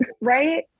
Right